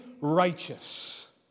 righteous